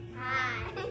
hi